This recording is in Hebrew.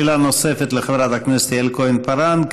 שאלה נוספת לחברת הכנסת יעל כהן-פארן.